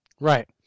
Right